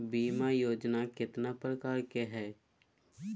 बीमा योजना केतना प्रकार के हई हई?